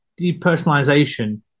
depersonalization